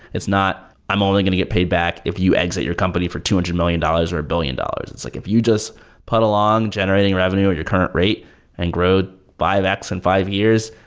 it's not i'm only going to get paid back if you exit your company for two hundred million dollars or a billion dollars. it's like if you just put along generating revenue at your current rate and grow five-x in five years.